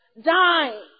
dying